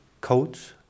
coach